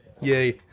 Yay